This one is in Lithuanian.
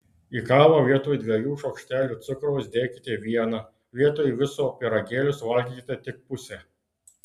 į kavą vietoj dviejų šaukštelių cukraus dėkite vieną vietoj viso pyragėlio suvalgykite tik pusę